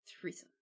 threesome